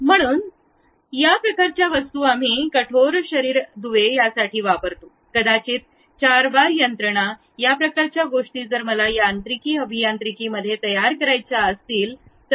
म्हणून या प्रकारच्या वस्तू आम्ही कठोर शरीर दुवे यासाठी वापरतो कदाचित चार बार यंत्रणा या प्रकारच्या गोष्टी जर मला यांत्रिकी अभियांत्रिकी मध्ये तयार करायच्या असतील तर